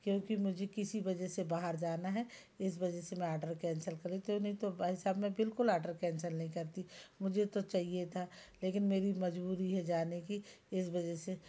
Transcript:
क्योंकि मुझे किसी वजह से बाहर जाना है इस वजह से मैं ऑर्डर कैंसल करी नहीं तो भाई साहब मैं बिल्कुल ऑर्डर कैंसल नहीं करती मुझे तो चाहिए था लेकिन मेरी मजबूरी है जाने की इस वजह से